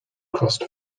crust